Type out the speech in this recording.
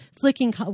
flicking